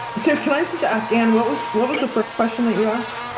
so, can i just ask and what was what was the first question that you asked.